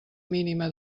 mínima